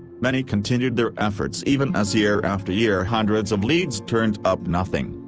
many continued their efforts even as year after year hundreds of leads turned up nothing.